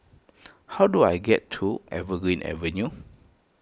how do I get to Evergreen Avenue